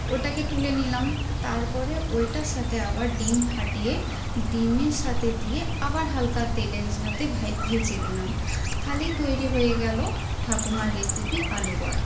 ওটাকে তুলে নিলাম তারপরে ওইটার সাথে আবার ডিম ফাটিয়ে ডিমের সাথে দিয়ে আবার হালকা তেলের সাথে ভা ভেজে দিলাম তালেই তৈরি হয়ে গেল ঠাকুমার রেসিপি আলু বড়া